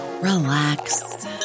relax